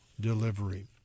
delivery